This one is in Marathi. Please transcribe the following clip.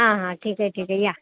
हां हां ठीक आहे ठीक आहे या